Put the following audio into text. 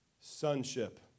sonship